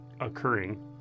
occurring